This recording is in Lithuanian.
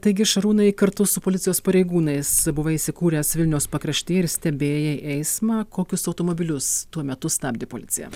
taigi šarūnai kartu su policijos pareigūnais buvai įsikūręs vilniaus pakrašty ir stebėjai eismą kokius automobilius tuo metu stabdė policija